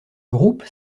groupe